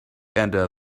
under